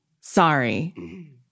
Sorry